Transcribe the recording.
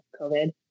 COVID